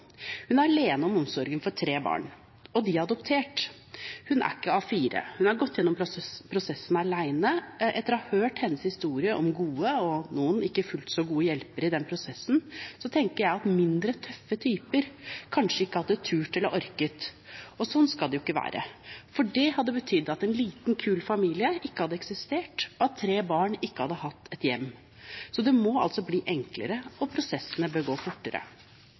Hun er alene om omsorgen for tre barn, og de er adoptert. Hun er ikke A4, hun har gått gjennom prosessen alene. Etter å ha hørt hennes historie om gode og noen ikke fullt så gode hjelpere i den prosessen, tenker jeg at mindre tøffe typer kanskje ikke hadde turt eller orket, og sånn skal det jo ikke være. Det hadde betydd at en liten, kul familie ikke hadde eksistert, og at tre barn ikke hadde hatt et hjem. Så det må altså bli enklere, og prosessene bør gå fortere.